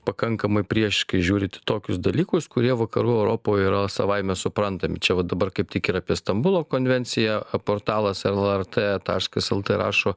pakankamai prieš kai žiūrit į tokius dalykus kurie vakarų europoj yra savaime suprantami čia va dabar kaip tik ir apie stambulo konvenciją portalas lrt taškas lt rašo